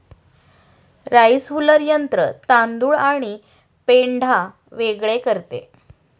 rice huller यंत्र तांदूळ आणि पेंढा वेगळे करते